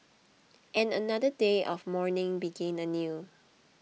and another day of mourning begin anew